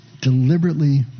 deliberately